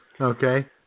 Okay